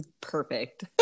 perfect